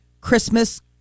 Christmas